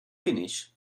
finish